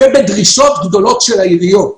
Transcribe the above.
ובדרישות גדולות של העיריות.